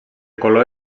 color